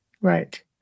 right